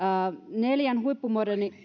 neljän huippumodernin